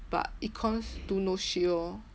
but econs do no shit orh